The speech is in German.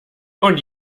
und